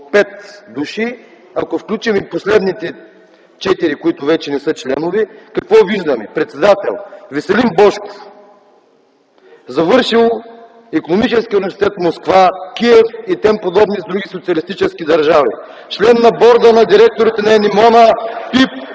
пет души, ако включим и последните четирима, които вече не са членове, какво виждаме? Председател – Веселин Божков. Завършил Икономически университет в Москва, Киев и тем подобни други социалистически държави. (Шум и реплики.) Член на Борда на директорите на „Енимона”,